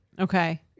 Okay